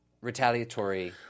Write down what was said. retaliatory